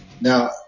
now